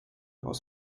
aus